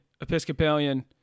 Episcopalian